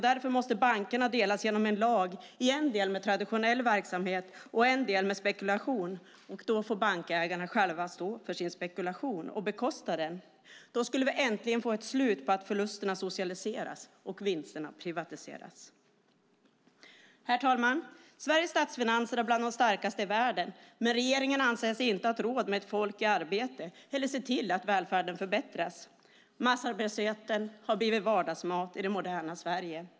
Därför måste bankerna genom en lag delas i en del med traditionell verksamhet och en del med spekulation. Då får bankägarna själva stå för sin spekulation och bekosta den. Då skulle vi äntligen få ett slut på att förlusterna socialiseras och vinsterna privatiseras. Herr talman! Sveriges statsfinanser är bland de starkaste i världen, men regeringen anser sig inte ha råd med ett folk i arbete eller att se till att välfärden förbättras. Massarbetslösheten har blivit vardagsmat i det moderna Sverige.